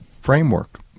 framework